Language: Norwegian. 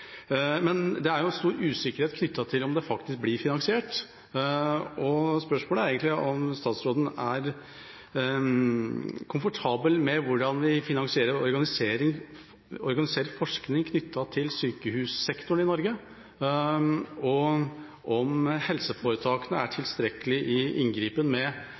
Men det er stor usikkerhet knyttet til om det faktisk blir finansiert, og spørsmålet er: Er statsråden komfortabel med hvordan vi organiserer forskning knyttet til sykehussektoren i Norge, og er helseforetakene tilstrekkelig i inngripen med